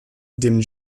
dem